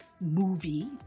movie